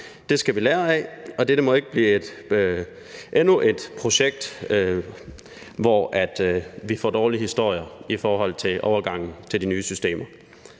Det skal vi lære af, og dette må ikke blive endnu et projekt, hvor vi får dårlige historier i forhold til overgangen til de nye systemer.